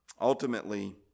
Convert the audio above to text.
Ultimately